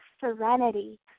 serenity